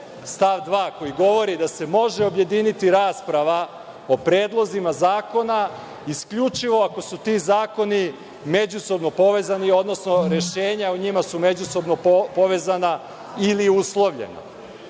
stav 2. koji govori da se može objediniti rasprava o predlozima zakona isključivo ako su ti zakoni međusobno povezani, odnosno rešenja o njima su međusobno povezana ili uslovljena. Gospodin